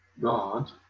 God